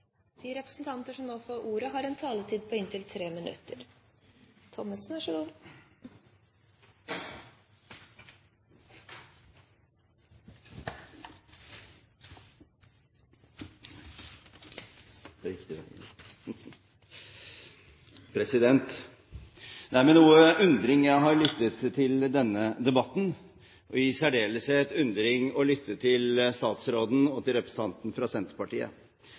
De talere som heretter får ordet, har en taletid på inntil 3 minutter. Det er med noe undring jeg har lyttet til denne debatten, og i særdeleshet er det med undring jeg har lyttet til statsråden og til representanten fra Senterpartiet.